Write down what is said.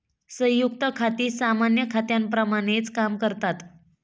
संयुक्त खाती सामान्य खात्यांप्रमाणेच काम करतात